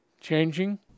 changing